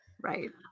Right